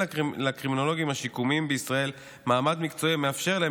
אין לקרימינולוגים השיקומיים בישראל מעמד מקצועי המאפשר להם